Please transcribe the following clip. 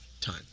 time